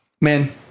man